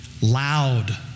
loud